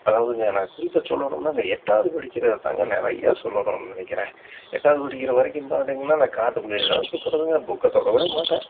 அதாவதுங்க நான் குறிப்பாக சொல்லணும்னால் இந்த எட்டாவது படிக்கிறது தாங்க நிறைய சொல்லணும்னு நினைக்கிறேன் எட்டாவது படிக்கிற வரைக்கும் பார்த்திங்கன்னா இந்த காட்டுக்குள்ளையே தான் சுற்றுறதுங்க புக்கை தொடவே மாட்டேன்